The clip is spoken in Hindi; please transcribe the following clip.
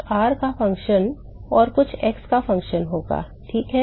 कुछ r का फंक्शन और कुछ x का फंक्शन होगा ठीक है